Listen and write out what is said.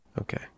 Okay